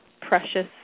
precious